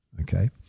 Okay